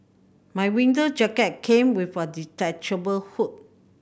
my winter jacket came with a detachable hood